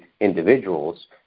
individuals